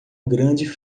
grande